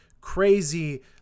crazy